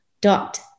dot